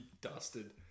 dusted